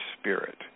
spirit